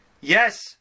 Yes